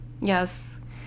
Yes